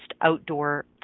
outdoor